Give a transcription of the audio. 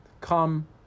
come